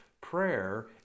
Prayer